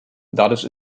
dadurch